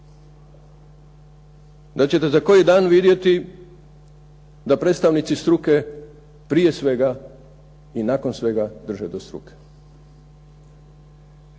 da ćete za koji dan vidjeti da predstavnici struke prije svega i nakon svega drže do struke.